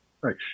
Right